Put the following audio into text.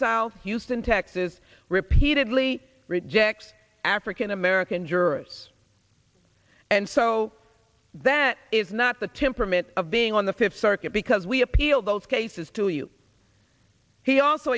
south houston texas repeatedly rejects african american jurors and so that is not the temperament of being on the fifth circuit because we appeal those cases to you he also